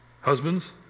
Husbands